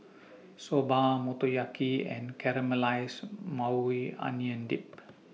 Soba Motoyaki and Caramelized Maui Onion Dip